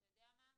שאתה יודע מה?